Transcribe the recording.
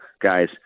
guys